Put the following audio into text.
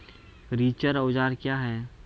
रिचर औजार क्या हैं?